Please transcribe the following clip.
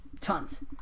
tons